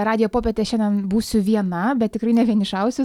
radijo popietė šiandien būsiu viena bet tikrai ne vienišausiu